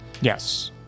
Yes